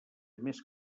més